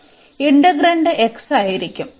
അതിനാൽ integrand x ആയിരിക്കും